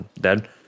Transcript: dead